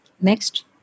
Next